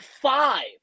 five